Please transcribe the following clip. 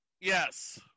Yes